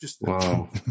Wow